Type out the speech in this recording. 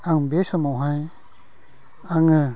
आं बे समावहाय आङो